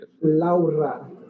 Laura